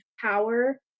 power